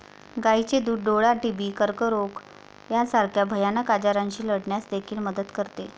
गायीचे दूध डोळा, टीबी, कर्करोग यासारख्या भयानक आजारांशी लढण्यास देखील मदत करते